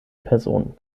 personen